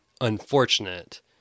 unfortunate